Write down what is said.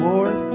Lord